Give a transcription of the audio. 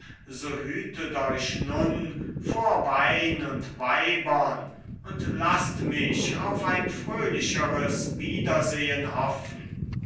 so hütet euch nun vor wein und weibern und laßt mich auf ein fröhlicheres wiedersehen hoffen